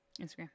Instagram